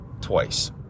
twice